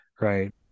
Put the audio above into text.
right